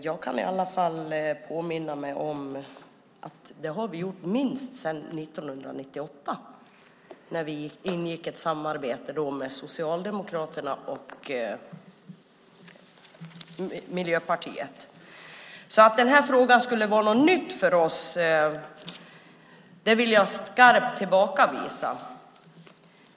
Jag kan i alla fall påminna mig att vi har gjort det minst sedan 1998 när vi ingick ett samarbete med Socialdemokraterna och Miljöpartiet. Så att den här frågan skulle vara något nytt för oss vill jag skarpt tillbakavisa.